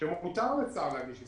שמותר לשר להגיש הסתייגות,